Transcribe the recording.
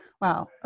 Wow